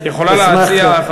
את יכולה להציע,